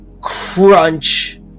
crunch